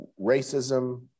racism